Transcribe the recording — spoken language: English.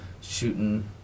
shooting